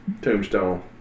Tombstone